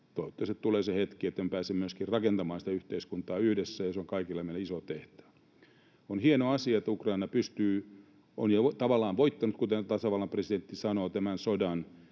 Toivottavasti tulee se hetki, että me pääsemme myöskin rakentamaan sitä yhteiskuntaa yhdessä, ja se on kaikilla meillä iso tehtävä. On hieno asia, että Ukraina on jo tavallaan voittanut, kuten tasavallan presidentti sanoi, tämän sodan